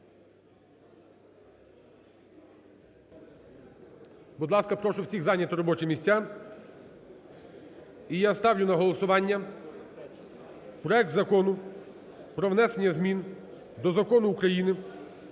Будь ласка, прошу всіх зайняти робочі місця. І я ставлю на голосування проект Закону про внесення змін до Закону України